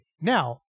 Now